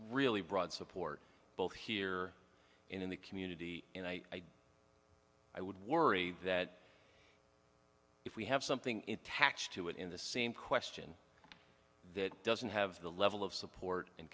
really broad support both here and in the community and i i would worry that if we have something in tax to it in the same question that doesn't have the level of support and